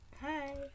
Hi